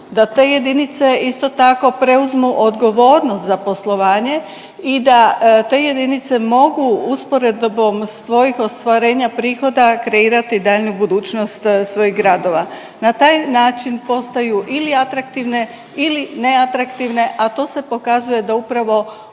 Da te jedinice isto tako preuzmu odgovornost za poslovanje i da te jedinice mogu usporedbom svojih ostvarenja prihoda kreirati daljnju budućnost svojih gradova. Na taj način postaju ili atraktivne ili neatraktivne, a to se pokazuje da upravo